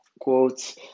quotes